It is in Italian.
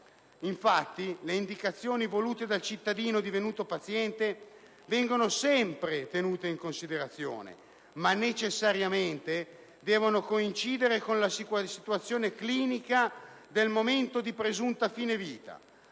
Infatti, le indicazioni volute dal cittadino divenuto paziente vengono sempre tenute in considerazione, ma necessariamente devono coincidere con la situazione clinica del momento di presunta fine vita,